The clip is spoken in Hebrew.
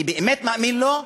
אני באמת מאמין לו,